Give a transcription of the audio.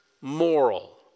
moral